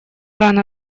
рано